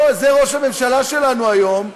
זה ראש הממשלה שלנו היום,